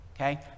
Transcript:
okay